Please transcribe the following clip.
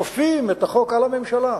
כופים את החוק על הממשלה.